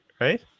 right